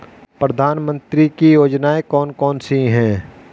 प्रधानमंत्री की योजनाएं कौन कौन सी हैं?